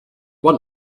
one